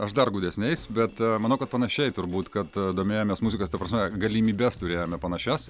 aš dar gūdesniais bet manau kad panašiai turbūt kad domėjomės muzikos ta prasme galimybes turėjome panašias